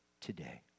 today